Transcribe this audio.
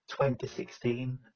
2016